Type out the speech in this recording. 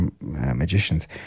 magicians